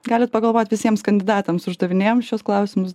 galit pagalvot visiems kandidatams uždavinėjom šiuos klausimus